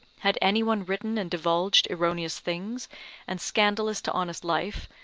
had anyone written and divulged erroneous things and scandalous to honest life,